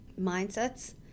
mindsets